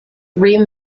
three